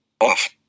off